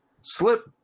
slip